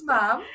Mom